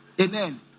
Amen